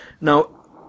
Now